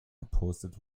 gepostet